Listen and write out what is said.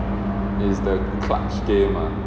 is the clutch game ah